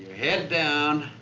head down,